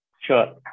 Sure